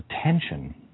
attention